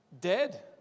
dead